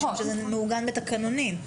משום שזה מעוגן בתקנונים.